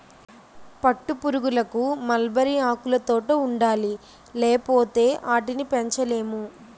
పట్టుపురుగులకు మల్బరీ ఆకులుతోట ఉండాలి లేపోతే ఆటిని పెంచలేము